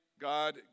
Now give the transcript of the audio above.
God